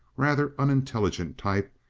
rather unintelligent type,